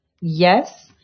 yes